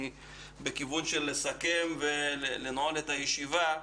אני רוצה לסכם ולנעול את הישיבה.